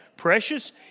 Precious